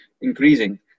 increasing